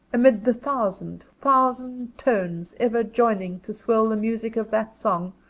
amid the thousand, thousand tones ever joining to swell the music of that song,